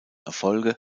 erfolge